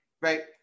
right